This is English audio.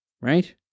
right